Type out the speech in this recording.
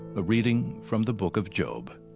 a reading from the book of job.